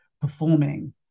performing